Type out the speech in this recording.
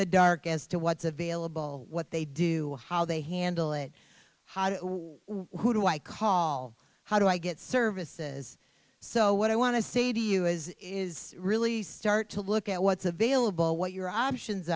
the dark as to what's available what they do or how they handle it how do i call how do i get services so what i want to say to you is is really start to look at what's available what your options